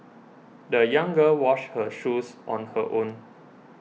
the young girl washed her shoes on her own